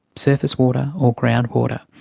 surface water or groundwater.